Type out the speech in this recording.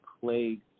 plague